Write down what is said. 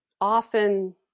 often